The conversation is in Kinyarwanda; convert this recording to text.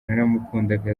naramukundaga